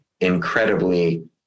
incredibly